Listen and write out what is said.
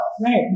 Right